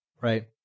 right